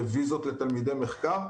בוויזות לתלמידי מחקר,